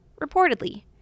Reportedly